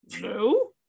no